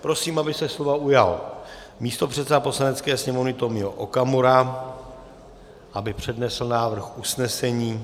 Prosím, aby se slova ujal místopředseda Poslanecké sněmovny Tomio Okamura, aby přednesl návrh usnesení.